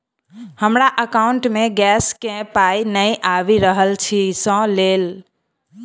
हमरा एकाउंट मे गैस केँ पाई नै आबि रहल छी सँ लेल?